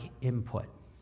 input